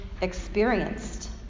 experienced